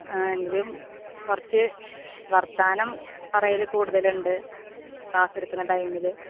ആ എങ്കിലും കുറച്ച് വർത്തമാനം പറയൽ കൂടുതലുണ്ട് ക്ലാസ് എടുക്കുന്ന ടൈമിൽ